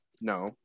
No